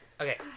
Okay